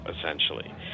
essentially